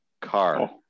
car